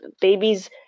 babies